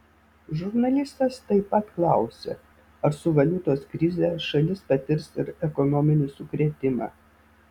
žurnalistas taip pat klausė ar su valiutos krize šalis patirs ir ekonominį sukrėtimą